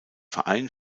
verein